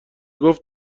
گفت